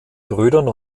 brüdern